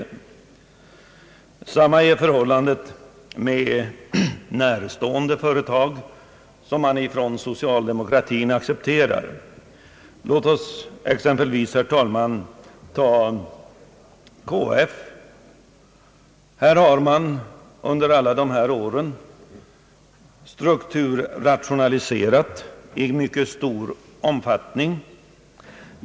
Detsamma gäller andra socialdemokratin närstående företag. Låt oss som ett exempel, herr talman, ta KF. Under en följd av år har KF strukturrationaliserat i mycket stor omfattning genom att lägga ned och stänga butiker.